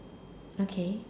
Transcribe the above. okay